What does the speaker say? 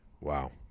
Wow